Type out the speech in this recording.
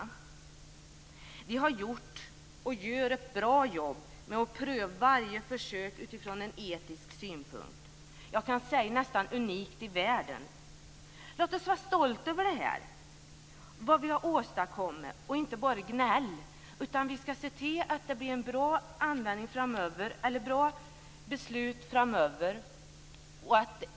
De har gjort och gör ett bra jobb med att pröva varje försök utifrån en etisk synpunkt. Jag kan säga att det nästan är unikt i världen. Låt oss vara stolta över vad vi har åstadkommit i stället för att bara gnälla. Vi skall se till att det fattas bra beslut framöver.